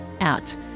out